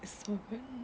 so